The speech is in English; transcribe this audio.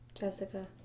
Jessica